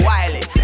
Wiley